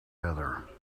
heather